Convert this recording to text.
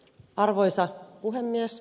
arvoisa puhemies